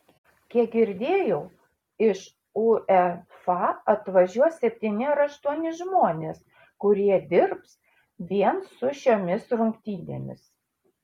kiek girdėjau iš uefa atvažiuos septyni ar aštuoni žmonės kurie dirbs vien su šiomis rungtynėmis